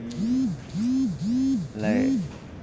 like